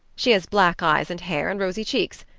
she has black eyes and hair and rosy cheeks.